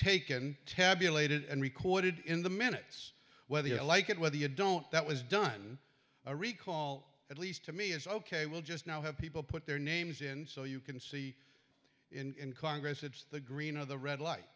taken ten belated and recorded in the minutes whether you like it whether you don't that was done a recall at least to me is ok we'll just now have people put their names in so you can see in congress it's the green of the red light